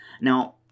Now